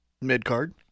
Mid-card